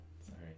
sorry